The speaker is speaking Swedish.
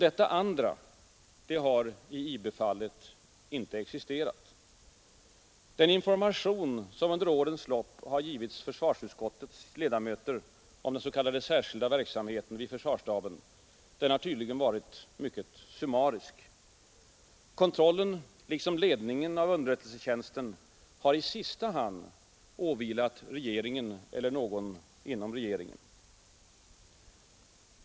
Detta andra har i IB-fallet inte existerat. Den information som under årens lopp givits försvarsutskottets ledamöter om den s.k. särskilda verksamheten vid försvarsstaben har tydligen varit mycket summarisk. Kontrollen liksom ledningen av underrättelsetjänsten har i sista hand åvilat regeringen eller någon inom regeringen.